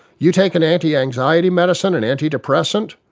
you take an antianxiety medicine, an antidepressants,